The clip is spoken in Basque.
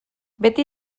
beti